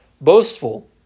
boastful